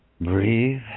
Breathe